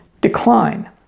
decline